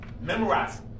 Memorize